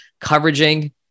coveraging